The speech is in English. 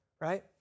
right